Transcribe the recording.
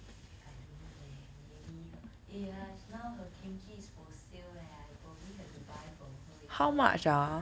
I don't know leh maybe hor eh ya now her kimchi is for sale leh I probably have to buy from her if I want to eat